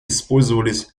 использовались